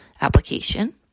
application